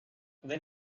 when